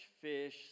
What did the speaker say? fish